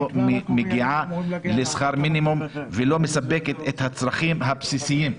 מגיעה לשכר מינימום ולא מספקת את הצרכים הבסיסיים,